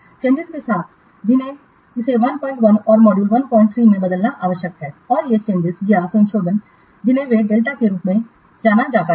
चेंजिंसों के साथ साथ जिन्हें इसे 11 और मॉड्यूल 13 में बदलना आवश्यक है और ये चेंजिंस या संशोधन जिन्हें वे डेल्टा के रूप में जाना जाता है